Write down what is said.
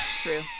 True